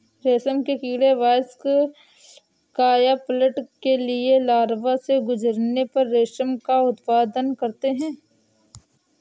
रेशम के कीड़े वयस्क कायापलट के लिए लार्वा से गुजरने पर रेशम का उत्पादन करते हैं